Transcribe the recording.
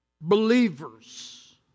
believers